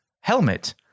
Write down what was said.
helmet